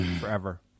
forever